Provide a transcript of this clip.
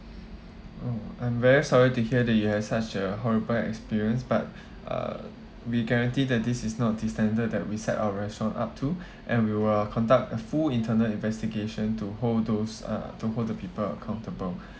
oh I'm very sorry to hear that you had such a horrible experience but uh we guarantee that this is not the standard that we set our restaurant up to and we will conduct a full internal investigation to hold those uh to hold the people accountable